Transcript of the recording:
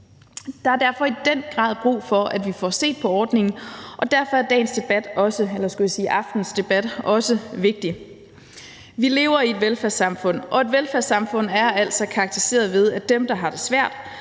Der er derfor i den grad brug for, at vi får set på ordningen, og derfor er aftenens debat også vigtig. Vi lever i et velfærdssamfund, og et velfærdssamfund er altså karakteriseret ved, at dem, der har det svært,